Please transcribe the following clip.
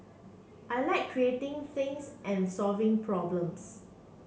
I like creating things and solving problems